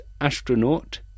astronaut